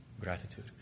Gratitude